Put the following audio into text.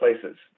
places